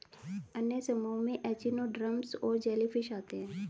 अन्य समूहों में एचिनोडर्म्स और जेलीफ़िश आते है